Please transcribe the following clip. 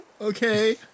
Okay